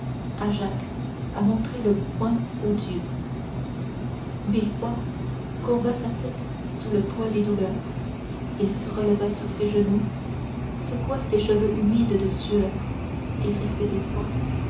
ajax à montrer le poing aux dieux villefort courba sa tête sous le poids des douleurs il se releva sur ses genoux secoua ses cheveux humides de sueur hérissés d'effroi